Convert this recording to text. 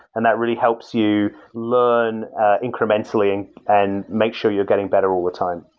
and that really helps you learn incrementally and and make sure you're getting better all the time.